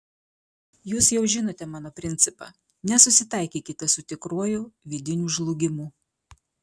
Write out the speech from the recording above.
jūs jau žinote mano principą nesusitaikykite su tikruoju vidiniu žlugimu